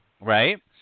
right